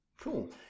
Cool